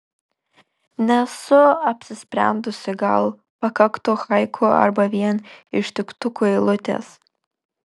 nesu apsisprendusi gal pakaktų haiku arba vien ištiktukų eilutės